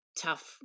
tough